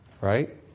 right